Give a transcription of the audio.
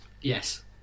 yes